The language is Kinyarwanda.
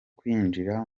kwinjira